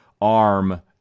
ARM